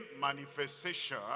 manifestation